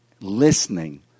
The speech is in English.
listening